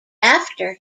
after